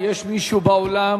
רבותי, יש מישהו באולם